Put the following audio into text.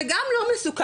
זה גם לא מסוכן,